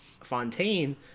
fontaine